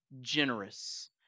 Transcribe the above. generous